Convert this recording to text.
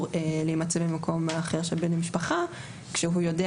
להימצא במקום אחר של בן משפחה כשהוא יודע